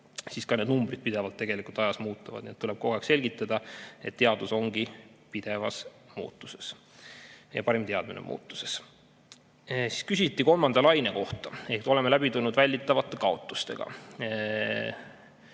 siis ka need numbrid pidevalt ajas muutuvad. Tuleb kogu aeg selgitada, et teadus ongi pidevalt muutuv ja ka parim teadmine muutub. Küsisite ka kolmanda laine kohta, ehk oleme läbi tulnud välditavate kaotustega,